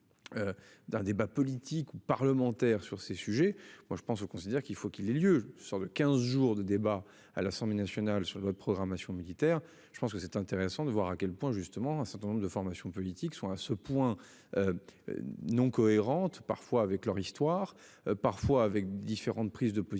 D'un débat politique ou parlementaire sur ces sujets. Moi je pense, considère qu'il faut qu'il ait lieu sur le 15 jours de débats à l'Assemblée nationale sur notre programmation militaire. Je pense que c'est intéressant de voir à quel point justement un certain nombre de formations politiques sont à ce point. Non cohérentes parfois avec leur histoire, parfois avec différentes prises de position récentes